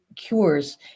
cures